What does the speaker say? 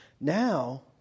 Now